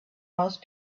most